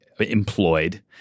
employed